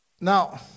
Now